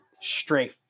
straight